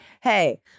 hey